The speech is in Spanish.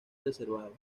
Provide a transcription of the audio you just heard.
reservado